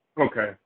Okay